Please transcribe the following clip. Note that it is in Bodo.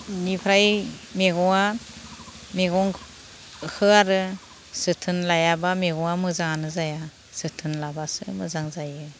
इनिफ्राय मैगङा मैगंखो आरो जोथोन लायाब्ला मैगङा मोजाङानो जाया जोथोन लाब्लासो मोजां जायो